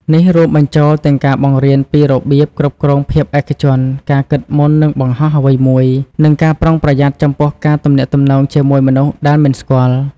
នេះរួមបញ្ចូលទាំងការបង្រៀនពីរបៀប គ្រប់គ្រងភាពឯកជន ការគិតមុននឹងបង្ហោះអ្វីមួយ និងការប្រុងប្រយ័ត្នចំពោះការទំនាក់ទំនងជាមួយមនុស្សដែលមិនស្គាល់។